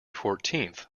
fourteenth